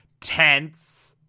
tense